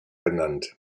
benannt